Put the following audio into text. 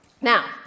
Now